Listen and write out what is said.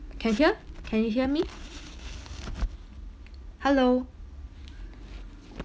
can hear can you hear me hello